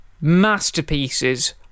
masterpieces